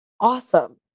awesome